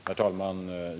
Herr talman!